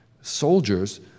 soldiers